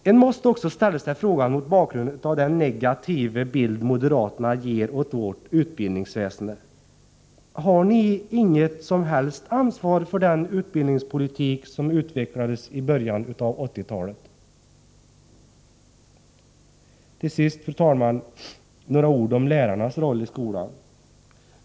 Man måste också ställa sig frågan mot bakgrund av den negativa bild moderaterna ger av vårt utbildningsväsende: Har ni inget som helst ansvar för den utbildningspolitik som utvecklades i början av 1980-talet? Till sist, fru talman, några ord om lärarnas roll i skolan.